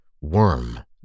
worm